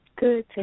good